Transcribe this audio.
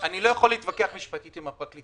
אני לא יכול להתווכח משפטית עם הפרקליטות.